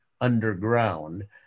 underground